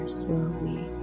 slowly